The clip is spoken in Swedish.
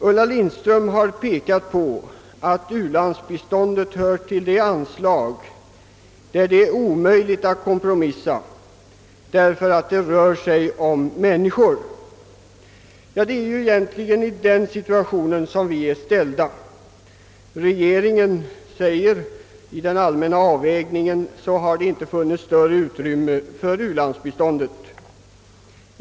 Ulla Lindström har, skrev tidningen, pekat på att u-landsbiståndet hör till de anslag där det är omöjligt att kompromissa, därför att det rör sig om människor. Det är just i den situationen vi befinner oss. Regeringen säger att i den allmänna avvägningen har det inte funnits större utrymme för u-landsbiståndet.